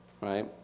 right